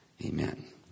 Amen